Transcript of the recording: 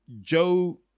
Joe